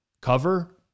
cover